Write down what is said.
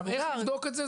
עכשיו איך לבדוק את זה,